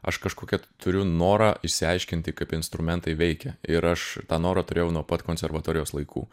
aš kažkokią turiu norą išsiaiškinti kaip instrumentai veikia ir aš tą norą turėjau nuo pat konservatorijos laikų